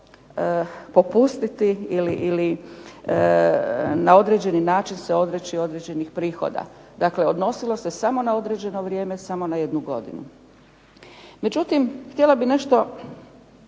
popustiti ili na određeni način se odreći određenih prihoda. Dakle, odnosilo se samo na određeno vrijeme, samo na jednu godinu. Međutim, htjela bih nešto